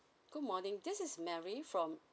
good morning this is mary from